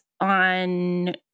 on